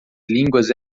línguas